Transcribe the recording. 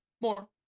more